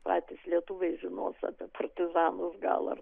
patys lietuviai žinos apie partizanus gal ar